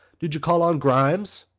did you call on grimes?